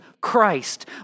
Christ